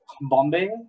Bombay